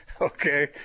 okay